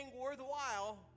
worthwhile